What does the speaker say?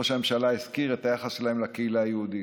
ראש הממשלה הזכיר את היחס שלהם לקהילה היהודית.